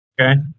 okay